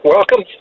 Welcome